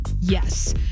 Yes